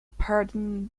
pardon